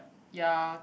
ya